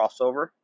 crossover